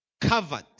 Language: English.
covered